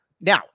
Now